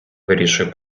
вирішує